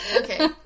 Okay